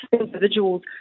individuals